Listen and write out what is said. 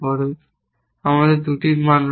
এবং আমাদের 2টি মান রয়েছে